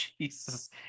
Jesus